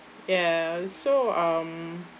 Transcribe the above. ya so um